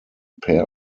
pair